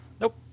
nope